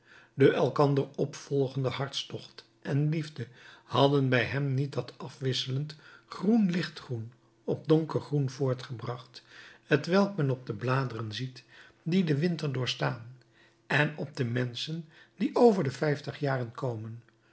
de elkander opvolgende hartstocht en liefde hadden bij hem niet dat afwisselend groen lichtgroen op donkergroen voortgebracht t welk men op de bladeren ziet die den winter doorstaan en op de menschen die over de vijftig jaren komen